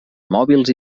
mòbils